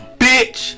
bitch